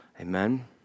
Amen